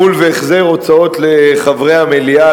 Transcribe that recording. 10) (גמול והחזר הוצאות לחברי המליאה),